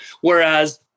Whereas